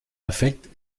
effekt